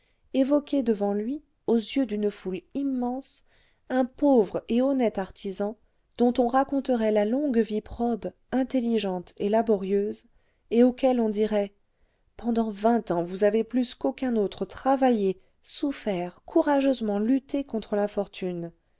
évoquer devant lui aux yeux d'une foule immense un pauvre et honnête artisan dont on raconterait la longue vie probe intelligente et laborieuse et auquel on dirait pendant vingt ans vous avez plus qu'aucun autre travaillé souffert courageusement lutté contre l'infortune